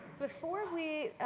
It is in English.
before we